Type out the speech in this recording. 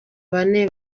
bane